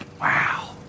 Wow